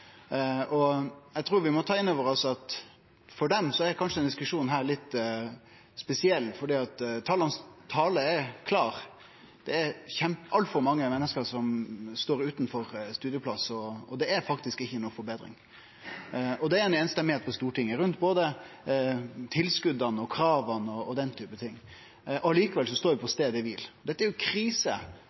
Eg trur vi må ta inn over oss at for dei er denne diskusjonen kanskje litt spesiell, for tala er klare: Det er altfor mange menneske som står utan studieplass, og det er ikkje noka forbetring. Det er full semje på Stortinget om både tilskota, krava og den typen ting. Likevel står vi på staden kvil. Dette er krise